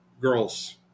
girls